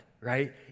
right